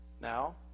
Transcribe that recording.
Now